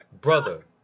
brother